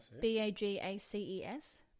B-A-G-A-C-E-S